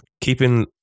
keeping